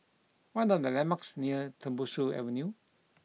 what are the landmarks near Tembusu Avenue